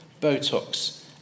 Botox